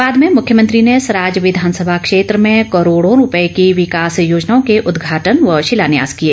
बाद में मुख्यमंत्री ने सराज विघानसभा क्षेत्र में करोडों रूपए की विकास योजनाओं के उदघाटन व शिलान्यास किए